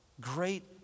great